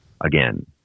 again